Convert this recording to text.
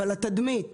אבל התדמית